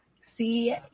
see